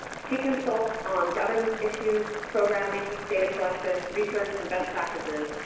she consults on governance issues, programming data collection, research, and best practices,